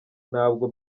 ntabwo